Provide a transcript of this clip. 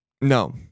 No